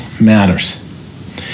matters